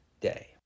day